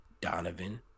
donovan